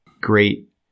great